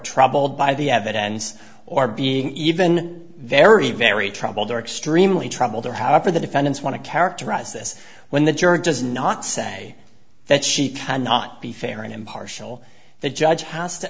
troubled by the evidence or being even very very troubled or extremely troubled or however the defendants want to characterize this when the jury does not say that she cannot be fair and impartial the judge has to